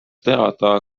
teada